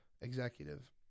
executive